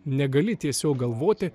negali tiesiog galvoti